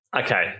Okay